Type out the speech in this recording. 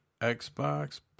Xbox